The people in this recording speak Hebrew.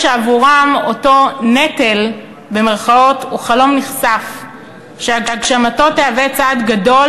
אלה שעבורם אותו "נטל" הוא חלום נכסף שהגשמתו תהווה צעד גדול